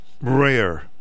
rare